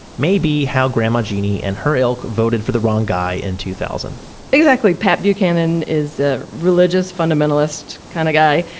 may be how grandma jeanie and her ilk voted for the wrong guy in two thousand point exactly. pat buchanan is a religious fundamentalist kind of guy.